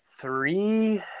three